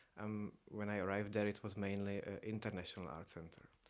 um when i arrived there, it was mainly a international art center.